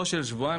לא של שבועיים,